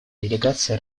делегации